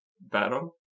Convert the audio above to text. battle